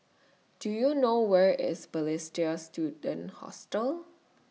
Do YOU know Where IS Balestier Student Hostel